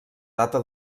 data